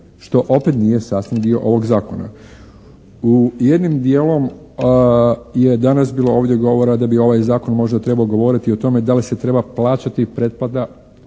što opet nije sastavni dio ovog zakona. U jednim dijelom je danas bilo ovdje govora da bi ovaj zakon možda trebao govoriti o tome da li se treba plaćati pretplata